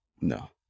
no